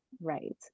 right